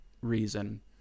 reason